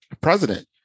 president